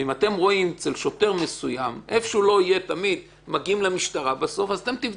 אם אתם רואים אצל שוטר מסוים שמה שלא יהיה בסוף תמיד